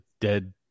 dead